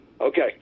Okay